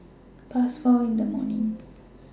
Past four in The morning